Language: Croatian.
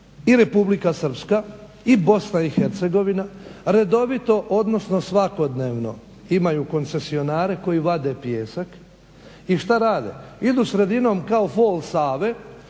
i Republika Srpska i Bosna i Hercegovina redovito, odnosno svakodnevno imaju koncesionare koji vade pijesak. I šta rade? Idu sredinom kao fol Save,